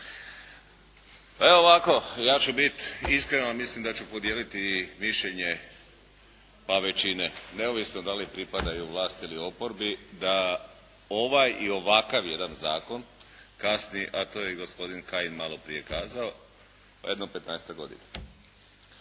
ministre. Ja ću biti iskren a mislim da ću podijeliti mišljenje pa većine neovisno da li pripadaju vlasti ili oporbi da ovaj i ovakav jedan zakon kasni a to je i gospodin Kajin malo prije kazao pa jedno petnaestak